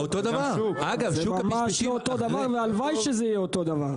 זה ממש לא אותו דבר, והלוואי שזה יהיה אותו דבר.